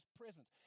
presence